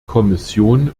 kommission